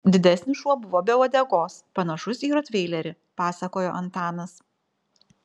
didesnis šuo buvo be uodegos panašus į rotveilerį pasakojo antanas